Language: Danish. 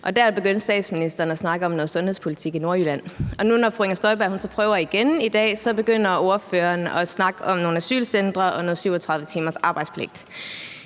der begyndte statsministeren at snakke om noget sundhedspolitik i Nordjylland. Og når nu fru Inger Støjberg så prøver igen i dag, begynder ordføreren at snakke om nogle asylcentre og noget med 37 timers arbejdspligt.